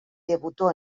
debutó